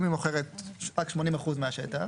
אם היא מוכרת עד 80% מהשטח